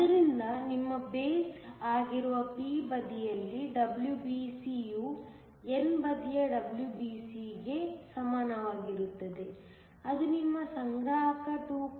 ಆದ್ದರಿಂದ ನಿಮ್ಮ ಬೇಸ್ ಆಗಿರುವ p ಬದಿಯಲ್ಲಿನ WBC ಯು n ಬದಿಯ WBCಗೆ ಸಮನಾಗಿರುತ್ತದೆ ಅದು ನಿಮ್ಮ ಸಂಗ್ರಾಹಕ 2